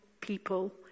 people